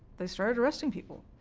they started arresting people.